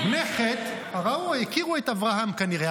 בני חת הכירו את אברהם כנראה.